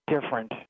different